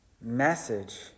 message